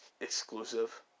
exclusive